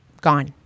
gone